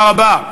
מה אתה אומר,